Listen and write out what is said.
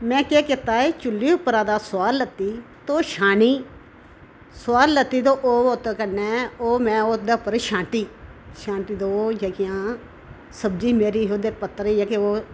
में केह् कीता एह् चु'ल्ली उप्परा दा सोआह् लैती ते ओह् छानी सोआह् लैती ते ओह् उत्त कन्नै ओह् में ओह्दे उप्पर छांटी छांटी ते ओह् जेह्कियां सब्ज़ी मेरी ओह्दे पत्तर जेह्के ओ